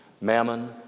Mammon